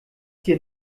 dir